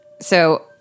So-